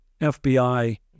FBI